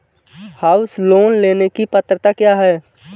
House loan लेने की पात्रता क्या है?